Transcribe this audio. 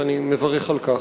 ואני מברך על כך.